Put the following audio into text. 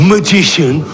Magician